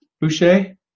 boucher